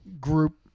group